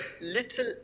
little